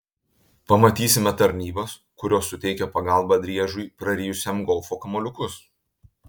pamatysime tarnybas kurios suteikia pagalbą driežui prarijusiam golfo kamuoliukus